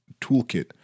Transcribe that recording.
toolkit